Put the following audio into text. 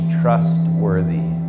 trustworthy